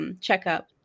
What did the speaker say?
checkup